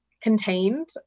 contained